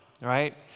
right